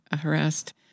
harassed